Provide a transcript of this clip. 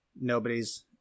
nobody's